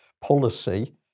policy